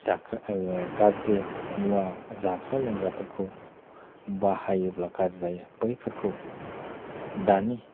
गाज्रि मुवा जाग्रा लोंग्राफोरखौ बाहायोब्ला गाज्रि जाया बैफोरखौ दानि